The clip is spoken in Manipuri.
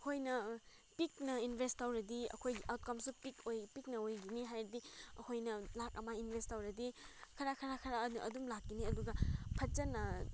ꯑꯩꯈꯣꯏꯅ ꯄꯤꯛꯅ ꯏꯟꯚꯦꯁ ꯇꯧꯔꯗꯤ ꯑꯩꯈꯣꯏꯒꯤ ꯏꯟꯀꯝꯁꯨ ꯄꯤꯛꯅ ꯑꯣꯏꯒꯅꯤ ꯍꯥꯏꯕꯗꯤ ꯑꯩꯈꯣꯏꯅ ꯂꯥꯈ ꯑꯃ ꯏꯟꯚꯦꯁ ꯇꯧꯔꯗꯤ ꯈꯔ ꯈꯔ ꯈꯔ ꯑꯗꯨꯝ ꯂꯥꯛꯀꯅꯤ ꯑꯗꯨꯒ ꯐꯖꯅ